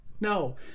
No